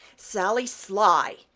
sally sly,